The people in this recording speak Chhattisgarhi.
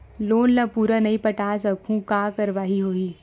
लोन ला पूरा नई पटा सकहुं का कारवाही होही?